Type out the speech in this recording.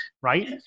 right